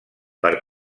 per